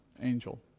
angel